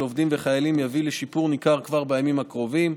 עובדים וחיילים יביא לשיפור ניכר כבר בימים הקרובים.